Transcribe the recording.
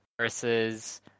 versus